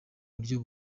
buryo